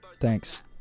Thanks